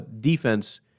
defense